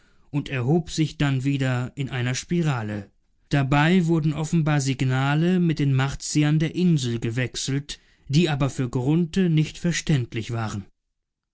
und erhob sich dann wieder in einer spirale dabei wurden offenbar signale mit den martiern der insel gewechselt die aber für grunthe nicht verständlich waren